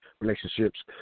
relationships